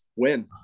win